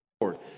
forward